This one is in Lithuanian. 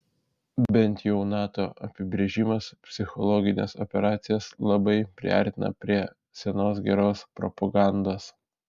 bent jau nato apibrėžimas psichologines operacijas labai priartina prie senos geros propagandos